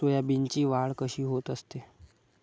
सोयाबीनची वाढ कशी होत असते?